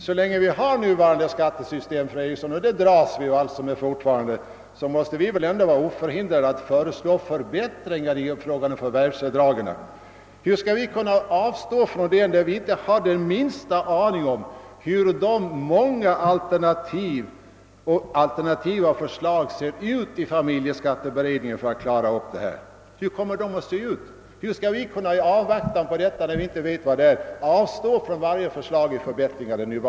Så länge vi dras med det nuvarande skattesystem måste vi ändå vara oförhindrade att föreslå förbättringar i fråga om förvärvsavdragen. Hur skulle vi kunna avstå från det när vi inte har den ringaste aning om hur de många alternativa förslagen av familjeskatteberedningen för att klara dessa problem kommer att se ut?